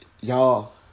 Y'all